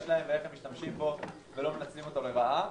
להם ואיך הם משתמשים בו ולא מנצלים אותו לרעה.